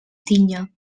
tinya